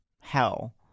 hell